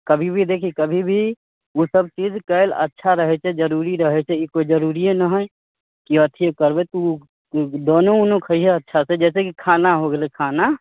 कभी भी देखी कभी भी ओसभ चीज कयल अच्छा रहै छै जरूरी रहै छै ई कोइ जरूरिए ना हइ कि अथिए करबै तू दानो उनो खइयह अच्छासँ जैसेकि खाना हो गेलै खाना